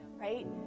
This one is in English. right